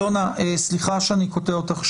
אלונה, סליחה שאני קוטע אותך.